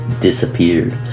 disappeared